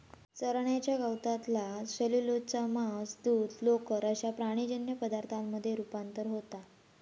चरण्याच्या गवतातला सेल्युलोजचा मांस, दूध, लोकर अश्या प्राणीजन्य पदार्थांमध्ये रुपांतर होता